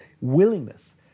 willingness